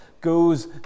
goes